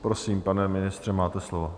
Prosím, pane ministře, máte slovo.